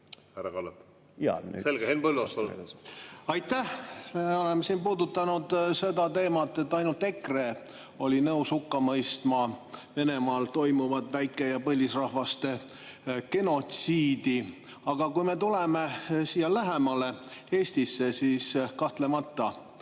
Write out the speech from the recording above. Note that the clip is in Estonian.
Aitäh! Me oleme puudutanud seda teemat, et ainult EKRE oli nõus hukka mõistma Venemaal toimuvat väike- ja põlisrahvaste genotsiidi. Aga kui me tuleme siia lähemale, Eestisse, siis kahtlemata,